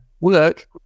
work